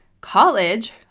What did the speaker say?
college